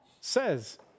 says